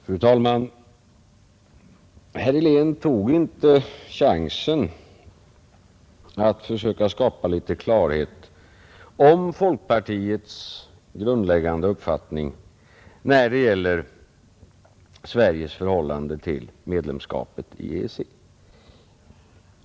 Fru talman! Herr Helén tog inte chansen att försöka skapa litet klarhet om folkpartiets grundläggande uppfattning när det gäller Sveriges förhållande till medlemskapet i EEC.